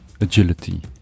Agility